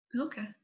Okay